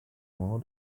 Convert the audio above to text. more